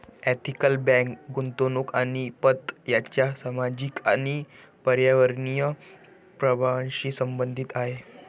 ethical bank गुंतवणूक आणि पत यांच्या सामाजिक आणि पर्यावरणीय प्रभावांशी संबंधित आहे